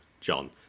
John